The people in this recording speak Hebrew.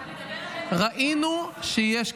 אתה מדבר על בית המשפט?